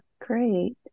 great